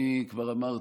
אני כבר אמרתי,